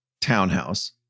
townhouse